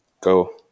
Go